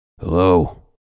Hello